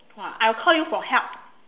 !wah! I will call you for help